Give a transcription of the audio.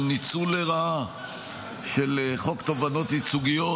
ניצול לרעה של חוק תובענות ייצוגיות,